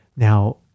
Now